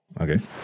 Okay